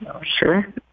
Sure